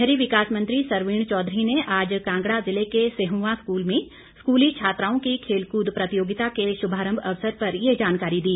शहरी विकास मंत्री सरवीण चौधरी ने आज कांगड़ा ज़िले के सिहवां स्कूल में स्कूली छात्राओं की खेलकूद प्रतियोगिता के शुभारंभ अवसर पर ये जानकारी दी